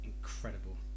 incredible